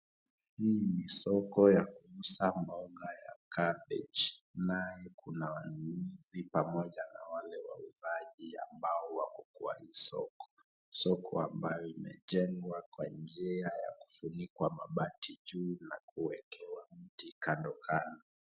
Hii ni soko ya kuuza mboga ya cabbage na kuna wanunuzi pamoja na wale wauzaji ambao wako kwa hii soko, soko ambayo imejengwa kwa njia ya kufunikwa mabati juu na kuwekewa mti kando kando.